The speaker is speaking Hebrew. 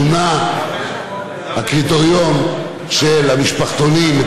שונה הקריטריון של המשפחתונים,